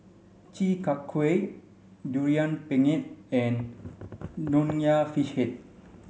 Chi Kak Kuih durian pengat and Nonya Fish Head